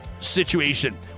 situation